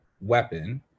weapon